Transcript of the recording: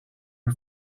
her